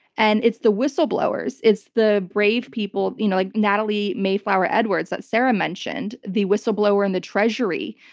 and it's the whistleblowers it's the brave people you know like natalie mayflower edwards, that sarah mentioned, the whistleblower in the treasury,